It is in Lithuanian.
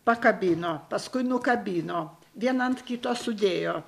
pakabino paskui nukabino vieną ant kito sudėjo